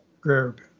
group